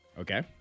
Okay